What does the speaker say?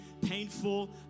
painful